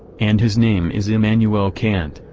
and his name is immanuel kant,